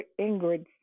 Ingrid